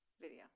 video